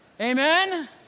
Amen